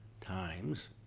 times